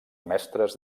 mestres